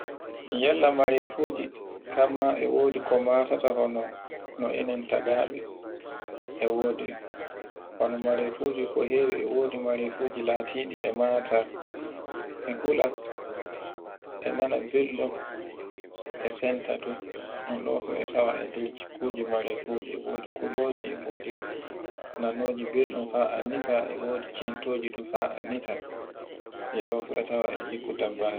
Yalla marefuji kamma e wodi ko matata hono no enen tagaɓe. E wodi hone marefuji ko hewi e wodi marefuji latiɗi e mata, e hula, e nana belɗum, e santato, un ɗo fu e tawa e nder jikkuji marafuji e wodi kuloje, e wodi nanoje belɗum fa anndita e wodi cantoji e tofa anndita e ɗo fu e tawa e jikku dabbaji.